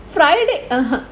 friday (uh huh)